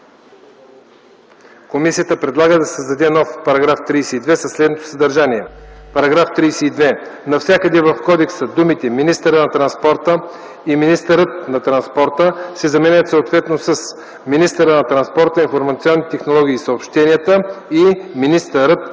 Комисията предлага да се създаде нов § 32 със следното съдържание: „§ 32. Навсякъде в Кодекса думите „министъра на транспорта” и „министърът на транспорта” се заменят съответно с „министъра на транспорта, информационните технологии и съобщенията” и „министърът